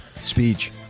speech